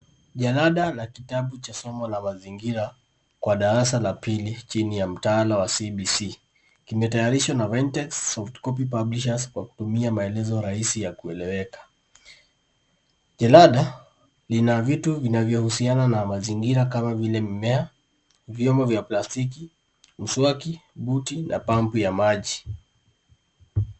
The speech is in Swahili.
Jalada la kitabu cha masomo ya mazingira kwa darasa la pili chini ya mtana wa CBC, kimetengenezwa na Vyntex Softcopy Publishers kwa kutumia maelezo saidi ya kueleweka, jalada lina vitu vinavyouhusiana na mazingira kama vile mimea vyombo vya plastiki muswaki buti na pampu ya maji.